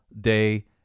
day